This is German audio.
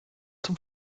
zum